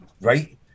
right